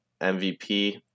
MVP